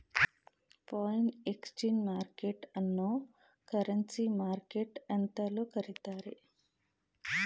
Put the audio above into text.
foreign exchange market ಅನ್ನೋ currency market ಎಂತಲೂ ಕರಿತ್ತಾರೆ